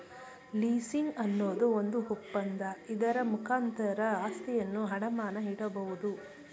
leasing ಅನ್ನೋದು ಒಂದು ಒಪ್ಪಂದ, ಇದರ ಮುಖಾಂತರ ಆಸ್ತಿಯನ್ನು ಅಡಮಾನ ಇಡಬೋದು